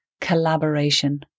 collaboration